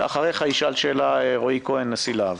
אחריך ישאל שאלה רועי כהן, נשיא להב.